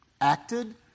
acted